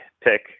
pick